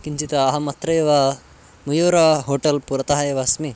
किञ्चित् अहम् अत्रैव मयूरः होटल् पुरतः एव अस्मि